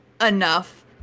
enough